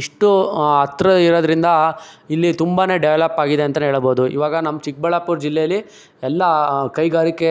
ಇಷ್ಟು ಹತ್ತಿರ ಇರೋದ್ರಿಂದ ಇಲ್ಲಿ ತುಂಬನೇ ಡೆವಲಪ್ಪಾಗಿದೆ ಅಂತಲೇ ಹೇಳಬಹುದು ಈವಾಗ ನಮ್ಮ ಚಿಕ್ಕಬಳ್ಳಾಪುರ ಜಿಲ್ಲೆಯಲ್ಲಿ ಎಲ್ಲ ಕೈಗಾರಿಕೆ